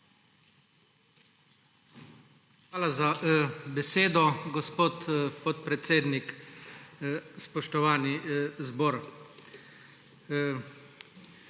Hvala za besedo, gospod podpredsednik. Spoštovani zbor!